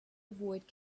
avoid